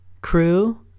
crew